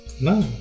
No